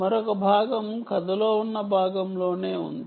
మరొక భాగం కథలో ఉన్న భాగంలోనే ఉంది